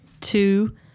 two